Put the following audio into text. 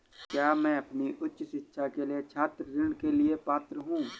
क्या मैं अपनी उच्च शिक्षा के लिए छात्र ऋण के लिए पात्र हूँ?